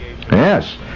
Yes